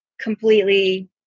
completely